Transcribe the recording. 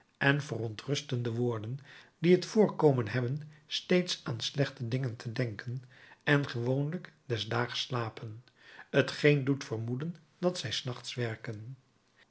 en verontrustende woorden die t voorkomen hebben steeds aan slechte dingen te denken en gewoonlijk des daags slapen t geen doet vermoeden dat zij s nachts werken